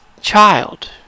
child